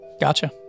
Gotcha